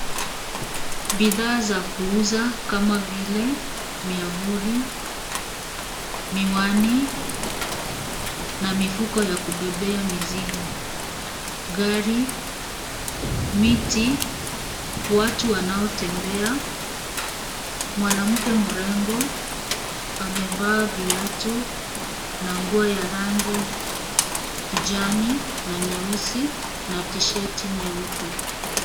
Bidhaa za kuuza kama vile miavuli, miwani, na mifuko ya kubebea mizigo. Gari, miti, watu wanaotembea, na mwanamke mrembo amevaa viatu, nguo za rangi kijani na nyeusi, pamoja na tisheti nyeupe.